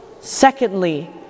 Secondly